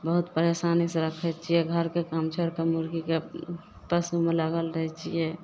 बहुत परेशानीसँ रखय छियै घरके काम छोड़िकऽ मुर्गीके पोसयमे लगल रहय छियै